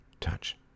touch